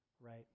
right